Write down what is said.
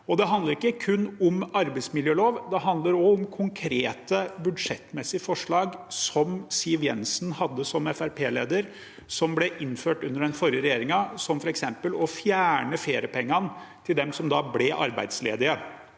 Det handler ikke kun om arbeidsmiljølov, det handler også om konkrete budsjettmessige forslag som Siv Jensen hadde som Fremskrittsparti-leder og som ble innført under den forrige regjeringen, som f.eks. å fjerne feriepengene til dem som da ble arbeidsledige.